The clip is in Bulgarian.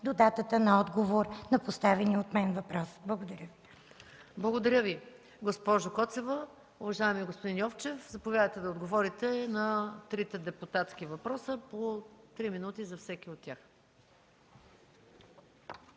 до датата на отговор на поставения от мен въпрос? Благодаря Ви. ПРЕДСЕДАТЕЛ МАЯ МАНОЛОВА: Благодаря Ви, госпожо Коцева. Уважаеми господин Йовчев, заповядайте да отговорите на трите депутатски въпроса – по три минути за всеки от тях.